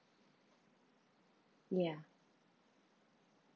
ya